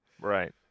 Right